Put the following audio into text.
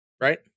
right